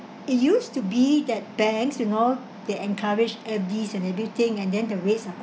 it used to be that banks you know they encouraged F_Ds and everything and then the rates are